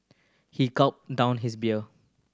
he gulped down his beer